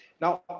Now